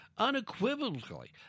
unequivocally